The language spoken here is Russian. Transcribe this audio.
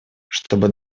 чтобы